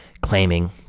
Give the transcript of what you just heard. claiming